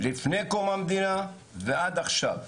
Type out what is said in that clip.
לפני קום המדינה ועד עכשיו,